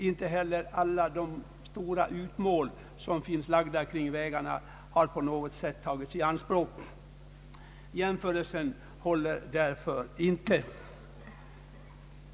Inte heller har alla de stora utmål som finns lagda kring vägarna på något sätt tagits i anspråk av staten. Jämförelsen håller därför inte.